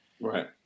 Right